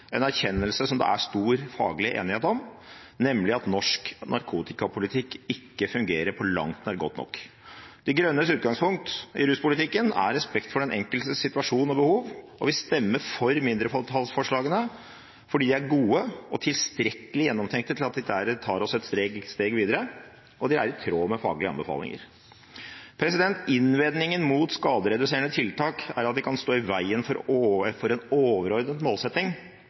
en erkjennelse som det er stor faglig enighet om, nemlig at norsk narkotikapolitikk ikke fungerer på langt nær godt nok. De grønnes utgangspunkt i ruspolitikken er respekt for den enkeltes situasjon og behov, og vi stemmer for mindretallsforslagene. De er gode og tilstrekkelig gjennomtenkte til at dette tar oss et steg videre, og de er i tråd med faglige anbefalinger. Innvendingen mot skadereduserende tiltak er at de kan stå i veien for en overordnet målsetting